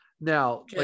Now